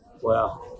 Wow